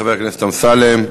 חבר הכנסת אמסלם.